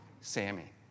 Sammy